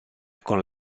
con